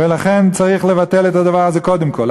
ולכן צריך לבטל את הדבר הזה, קודם כול.